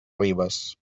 ribes